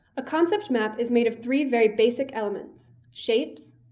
a concept map is made of three very basic elements shapes,